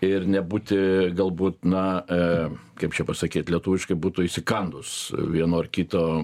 ir nebūti galbūt na e kaip čia pasakyt lietuviškai būtų įsikandus vieno ar kito